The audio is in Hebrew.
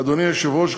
אדוני היושב-ראש,